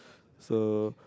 so